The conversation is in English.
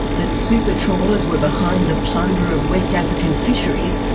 that super trawlers were behind the plunder of west african fisheries,